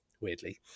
weirdly